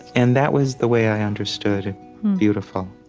and that was the way i understood beautiful